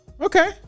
Okay